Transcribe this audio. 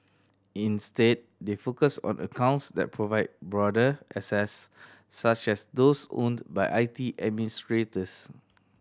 instead they focus on accounts that provide broader access such as those owned by I T administrators